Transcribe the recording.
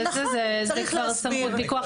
זו כבר סמכות פיקוח.